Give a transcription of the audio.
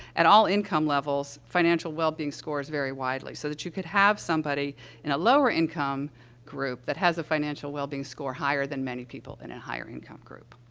at all income levels, financial wellbeing scores vary widely, so that you could have somebody in a lower income group that has a financial wellbeing score higher than many people in a higher income group,